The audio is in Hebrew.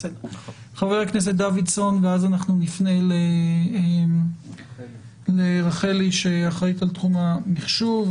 חבר הכנסת דוידסון ואז אנחנו נפנה לרחלי שאחראית על תחום המחשוב,